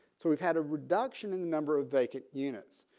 so we've had a reduction in the number of vacant units.